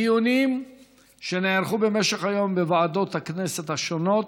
הדיונים שנערכו במשך השנים בוועדות הכנסת השונות